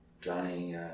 Johnny